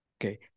Okay